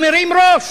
הוא מרים ראש,